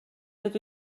rydw